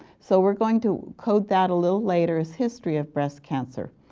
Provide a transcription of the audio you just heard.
so we are going to code that a little later as history of breast cancer.